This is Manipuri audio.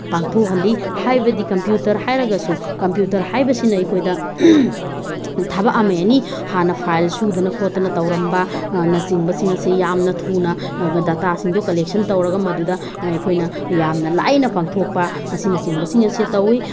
ꯄꯥꯡꯊꯣꯛꯍꯜꯂꯤ ꯍꯥꯏꯕꯗꯤ ꯀꯝꯄ꯭ꯌꯨꯇꯔ ꯍꯥꯏꯔꯒꯁꯨ ꯀꯝꯄ꯭ꯌꯨꯇꯔ ꯍꯥꯏꯕꯁꯤꯅ ꯑꯩꯈꯣꯏꯗ ꯊꯕꯛ ꯑꯃ ꯑꯦꯅꯤ ꯍꯥꯟꯅ ꯐꯥꯏꯜ ꯁꯨꯗꯅ ꯈꯣꯠꯇꯅ ꯇꯧꯔꯝꯕ ꯅꯆꯤꯡꯕꯁꯤꯡ ꯑꯁꯤ ꯌꯥꯝꯅ ꯊꯨꯅ ꯗꯇꯥꯁꯤꯡꯗꯨ ꯀꯂꯦꯛꯁꯟ ꯇꯧꯔꯒ ꯃꯗꯨꯗ ꯑꯩꯈꯣꯏꯅ ꯌꯥꯝꯅ ꯂꯥꯏꯅ ꯄꯥꯡꯊꯣꯛꯄ ꯑꯁꯤꯅꯆꯤꯡꯕꯁꯤꯡ ꯑꯁꯤ ꯇꯧꯋꯤ